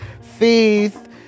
faith